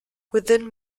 within